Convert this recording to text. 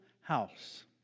house